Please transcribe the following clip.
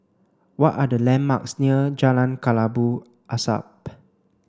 what are the landmarks near Jalan Kelabu Asap